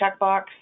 checkbox